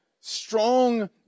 strong